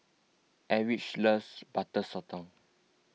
Eldridge loves Butter Sotong